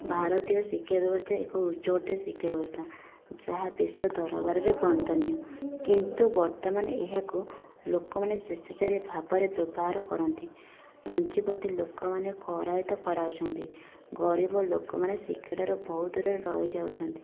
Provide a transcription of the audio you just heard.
ଭାରତୀୟ ଶିକ୍ଷା ବ୍ୟବସ୍ଥା ଏକ ଉଚ୍ଚକୋଟିର ଶିକ୍ଷା ବ୍ୟବସ୍ଥା ଯାହା ବିଶ୍ୱ ଦରବାରରେ ବନ୍ଦନୀୟ କିନ୍ତୁ ବର୍ତ୍ତମାନ ଏହାକୁ ଲୋକମାନେ ସ୍ୱେଚ୍ଛାଚାରି ଭାବରେ ବ୍ୟବହାର କରନ୍ତି ପୁଞ୍ଜିପତି ଲୋକମାନେ କରାୟତ୍ତ କରାଉଛନ୍ତି ଗରିବ ଲୋକମାନେ ଶିକ୍ଷାଠାରୁ ବହୁ ଦୂରରେ ରହି ଯାଉଛନ୍ତି